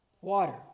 water